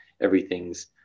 everything's